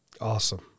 Awesome